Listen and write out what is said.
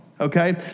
Okay